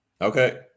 okay